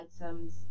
items